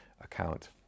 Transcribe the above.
account